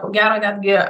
ko gero netgi